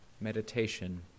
meditation